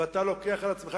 ואתה לוקח על עצמך,